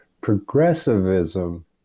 Progressivism